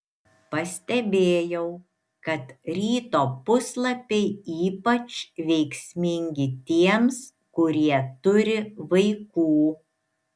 pastebėjau kad ryto puslapiai ypač veiksmingi tiems kurie turi vaikų